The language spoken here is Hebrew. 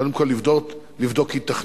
קודם כול לבדוק היתכנות.